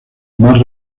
más